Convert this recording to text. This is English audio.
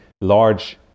large